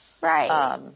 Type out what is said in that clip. Right